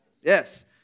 Yes